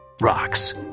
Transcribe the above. rocks